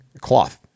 cloth